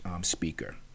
speaker